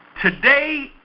Today